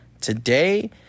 today